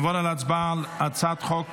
להצבעה על הצעת חוק